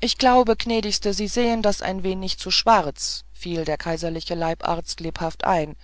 ich glaube gnädigste sie sehen da ein wenig zu schwarz fiel der kaiserliche leibarzt lebhaft ein